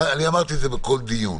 אמרתי את זה בכל דיון